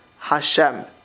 Hashem